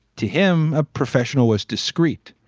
to him, a professional was discreet.